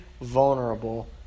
vulnerable